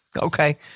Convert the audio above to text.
okay